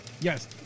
Yes